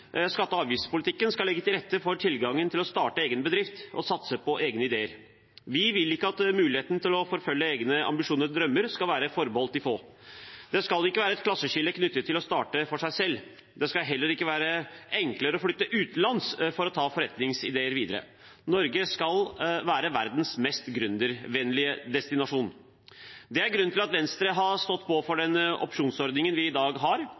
skatte- og avgiftspolitikken skal legge til rette for tilgangen til å starte egen bedrift og satse på egne ideer. Vi vil ikke at muligheten til å forfølge egne ambisjoner og drømmer skal være forbeholdt de få. Det skal ikke være et klasseskille knyttet til det å starte for seg selv. Det skal heller ikke være enklere å flytte utenlands for å ta forretningsideer videre. Norge skal være verdens mest gründervennlige destinasjon. Det er grunnen til at Venstre har stått på for den opsjonsordningen vi i dag har. Vi har